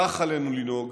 כך עלינו לנהוג